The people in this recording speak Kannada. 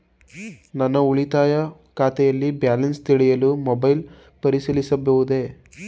ನನ್ನ ಉಳಿತಾಯ ಖಾತೆಯಲ್ಲಿ ಬ್ಯಾಲೆನ್ಸ ತಿಳಿಯಲು ಮೊಬೈಲ್ ಪರಿಶೀಲಿಸಬಹುದೇ?